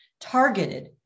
targeted